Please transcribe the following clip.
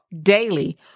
daily